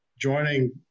joining